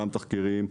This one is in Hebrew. גם תחקירים,